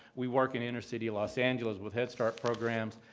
we work in inner city los angeles with head start programs.